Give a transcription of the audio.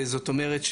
זאת אומרת,